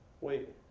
Wait